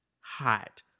hot